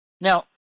Now